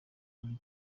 kuri